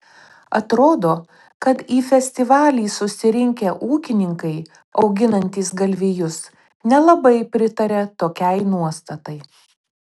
atrodo kad į festivalį susirinkę ūkininkai auginantys galvijus nelabai pritaria tokiai nuostatai